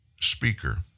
Speaker